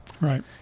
Right